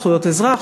זכויות אזרח,